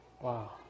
Wow